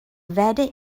weather